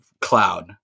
Cloud